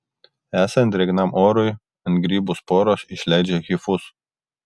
esant drėgnam orui ant grybų sporos išleidžia hifus